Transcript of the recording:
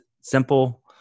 simple